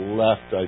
left